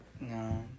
No